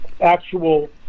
actual